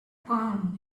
palm